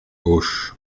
auch